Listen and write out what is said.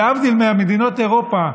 להבדיל ממדינות אירופה,